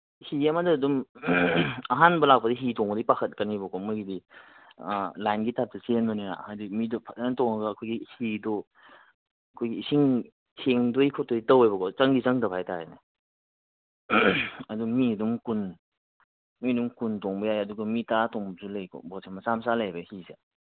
ꯍꯤ ꯑꯃꯗ ꯑꯗꯨꯝ ꯑꯍꯥꯟꯕ ꯂꯥꯛꯄꯗꯤ ꯍꯤ ꯇꯣꯡꯕꯗꯤ ꯄꯥꯈꯠꯀꯅꯦꯕꯀꯣ ꯃꯣꯏꯒꯤꯗꯤ ꯂꯥꯏꯟꯒꯤ ꯇꯥꯏꯞꯇ ꯆꯦꯟꯗꯣꯏꯅꯤꯅ ꯍꯥꯏꯗꯤ ꯃꯤꯗꯣ ꯐꯖꯅ ꯇꯣꯡꯉꯒ ꯑꯩꯈꯣꯏꯒꯤ ꯍꯤꯗꯨ ꯑꯩꯈꯣꯏ ꯏꯁꯤꯡ ꯊꯦꯡꯗꯣꯏ ꯈꯣꯠꯇꯣꯏ ꯇꯧꯋꯦꯕꯀꯣ ꯆꯪꯗꯤ ꯆꯪꯗꯕ ꯍꯥꯏ ꯇꯥꯔꯦꯅꯦ ꯑꯗꯨ ꯃꯤ ꯑꯗꯨꯝ ꯀꯨꯟ ꯃꯤ ꯑꯗꯨꯝ ꯀꯨꯟ ꯇꯣꯡꯕ ꯌꯥꯏ ꯑꯗꯨꯒ ꯃꯤ ꯇꯔꯥ ꯇꯣꯡꯕꯁꯨ ꯂꯩꯀꯣ ꯕꯣꯠꯁꯦ ꯃꯆꯥ ꯃꯆꯥ ꯂꯩꯌꯦꯕ ꯍꯤꯁꯦ